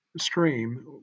stream